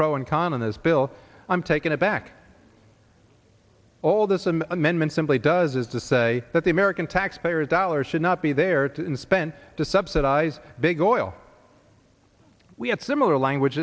pro and con on this bill i'm taken aback all this and amendment simply does is to say that the american taxpayer dollars should not be there to spend to subsidize big oil we had similar language